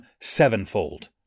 sevenfold